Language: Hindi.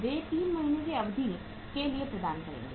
वे 3 महीने की अवधि के लिए प्रदान करेंगे